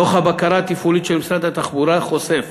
דוח הבקרה התפעולית של משרד התחבורה חושף